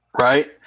Right